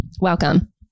Welcome